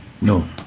No